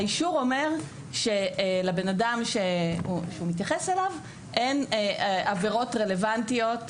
האישור אומר שלבן-אדם שהוא מתייחס אליו אין עבירות אלימות.